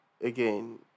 again